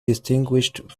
distinguished